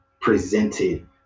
presented